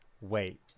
Wait